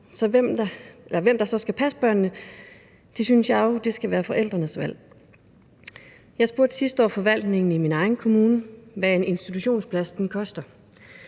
så hvem der så skal passe børnene, synes jeg jo skal være forældrenes valg. Jeg spurgte sidste år forvaltningen i min egen kommune, hvad en institutionsplads koster.